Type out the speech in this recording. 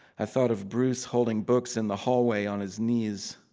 i thought of bruce holding books in the hallway on his knees.